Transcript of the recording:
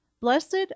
Blessed